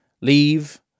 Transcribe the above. leave